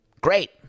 Great